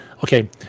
Okay